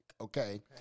okay